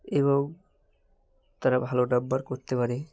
এবং তারা ভালো নম্বর করতে পারে